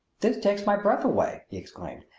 this takes my breath away! he exclaimed.